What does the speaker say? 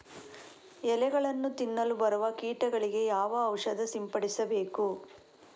ಎಲೆಗಳನ್ನು ತಿನ್ನಲು ಬರುವ ಕೀಟಗಳಿಗೆ ಯಾವ ಔಷಧ ಸಿಂಪಡಿಸಬೇಕು?